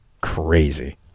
Crazy